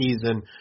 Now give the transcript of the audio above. season